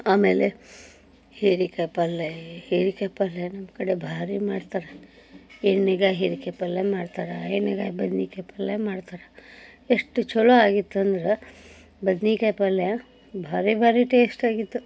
ಆಮೇಲೆ ಹೀರೆಕಾಯಿ ಪಲ್ಯ ರೀ ಹೀರೆಕಾಯಿ ಪಲ್ಯ ನಮ್ಮ ಕಡೆ ಭಾರಿ ಮಾಡ್ತಾರೆ ಎಣ್ಗಾಯಿ ಹೀರೆಕಾಯಿ ಪಲ್ಯ ಮಾಡ್ತಾರೆ ಎಣ್ಗಾಯಿ ಬದ್ನೆಕಾಯಿ ಪಲ್ಯ ಮಾಡ್ತಾರೆ ಎಷ್ಟು ಛಲೋ ಆಗಿತ್ತಂದ್ರೆ ಬದ್ನೆ ಕಾಯಿ ಪಲ್ಯ ಭಾರಿ ಭಾರಿ ಟೇಸ್ಟಾಗಿತ್ತು